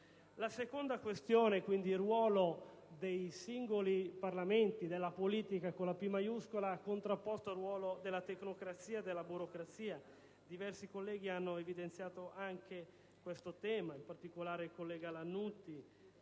La seconda questione è relativa al ruolo dei singoli Parlamenti, della politica con la «P» maiuscola, contrapposto al ruolo della tecnocrazia e della burocrazia. Diversi colleghi hanno evidenziato anche questo tema, in particolare i senatori Lannutti,